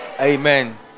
Amen